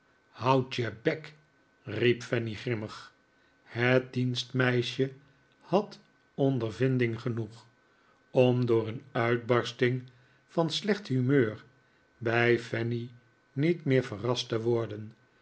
houd je bek riep fanny grimmig het dienstmeisje had ondervinding genoeg om door een uitbarsting van slecht humeur bij fanny niet meer verrast te worden